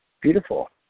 Beautiful